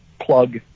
plug